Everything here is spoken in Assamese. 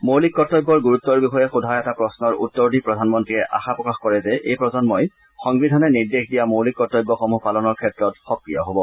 মৌলিক কৰ্তব্যৰ গুৰুত্বৰ বিষয়ে সোধা এটা প্ৰশ্নৰ উত্তৰ দি প্ৰধানমন্ত্ৰীয়ে আশা প্ৰকাশ কৰে যে এই প্ৰজন্মই সংবিধানে নিৰ্দেশ দিয়া মৌলিক কৰ্তব্যসমূহ পালনৰ ক্ষেত্ৰত সক্ৰিয় হ'ব